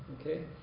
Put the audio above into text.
Okay